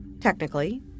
Technically